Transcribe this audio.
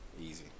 Easy